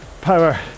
power